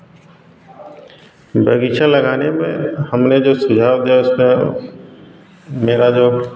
बगीचा लगाने में हमने जिस लोहा गैस का मेरा जो